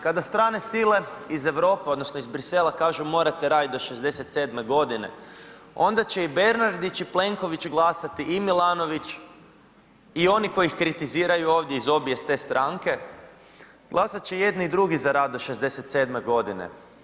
Kada strane sile iz Europe odnosno iz Bruxellesa kažu morate raditi do 67. godine onda će i Bernardić i Plenković glasati i Milanović i oni koji ih kritiziraju ovdje iz obje te stranke, glasat će jedni i drugi za rad do 67. godine.